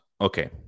Okay